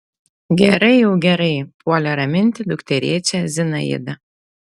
gerai jau gerai puolė raminti dukterėčią zinaida